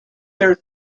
there